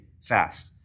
fast